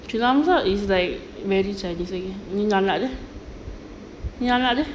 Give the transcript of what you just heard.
sheila hamzah is like very chinese lagi ni anak dia ni anak dia